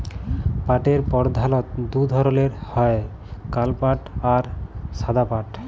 পাটের পরধালত দু ধরলের হ্যয় কাল পাট আর সাদা পাট